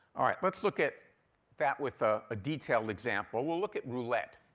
all right, let's look at that with a ah detailed example. we'll look at roulette